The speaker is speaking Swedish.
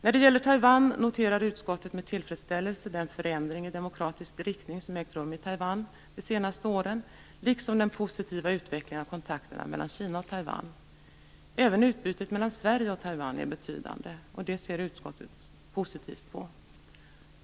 När det gäller Taiwan noterar utskottet med tillfredsställelse den förändring i demokratisk riktning som har ägt rum i Taiwan de senaste åren liksom den positiva utvecklingen av kontakterna mellan Kina och Taiwan. Även utbytet mellan Sverige och Taiwan är betydande. Det ser utskottet positivt på.